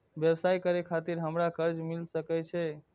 व्यवसाय करे खातिर हमरा कर्जा मिल सके छे?